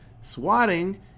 swatting